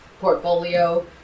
portfolio